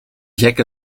gekke